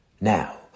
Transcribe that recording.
Now